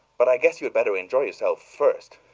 but i guess you had better enjoy yourself first!